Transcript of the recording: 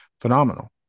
phenomenal